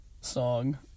song